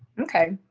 okay,